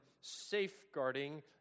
safeguarding